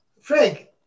Frank